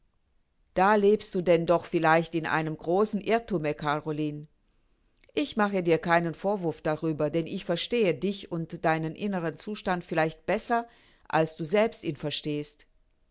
da lebst du denn doch vielleicht in einem großen irrthume caroline ich mache dir keinen vorwurf darüber denn ich verstehe dich und deinen inneren zustand vielleicht besser als du selbst ihn verstehst